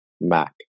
Mac